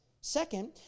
Second